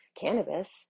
cannabis